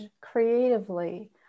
creatively